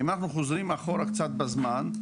אם אנחנו חוזרים אחורה קצת בזמן,